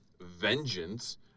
vengeance